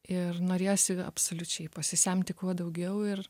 ir norėjosi vė absoliučiai pasisemti kuo daugiau ir